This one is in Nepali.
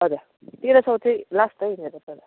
हजुर तेह्र सय चाहिँ लास्ट है मेरो तर